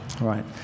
right